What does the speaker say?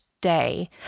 day